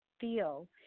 feel